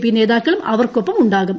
P നേതാക്കളും അവർക്കൊപ്പം ഉണ്ടാകും